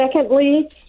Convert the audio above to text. Secondly